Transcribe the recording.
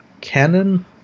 canon